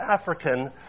African